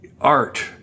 art